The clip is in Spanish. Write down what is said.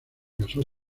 casó